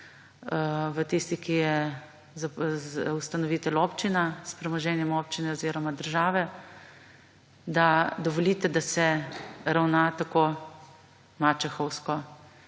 v tistih, ki je ustanovitelj občina s premoženjem občine oziroma države, da dovolite, da se ravna tako mačehovsko.